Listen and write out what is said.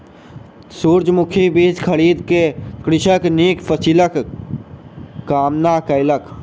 सूरजमुखी बीज खरीद क कृषक नीक फसिलक कामना कयलक